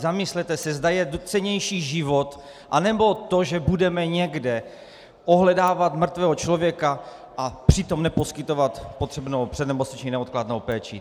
Zamyslete se, zda je cennější život, anebo to, že budeme někde ohledávat mrtvého člověka a přitom neposkytovat potřebnou přednemocniční neodkladnou péči.